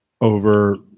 over